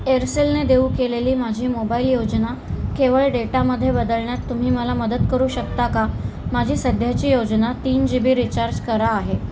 एअरसेलने देऊ केलेली माझी मोबाईल योजना केवळ डेटामध्ये बदलण्यात तुम्ही मला मदत करू शकता का माझी सध्याची योजना तीन जी बी रिचार्ज करा आहे